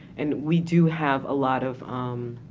and we do have a lot of, um,